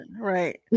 right